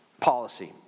policy